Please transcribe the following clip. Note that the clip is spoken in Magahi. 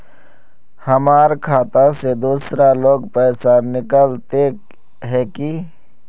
हमर खाता से दूसरा लोग पैसा निकलते है की?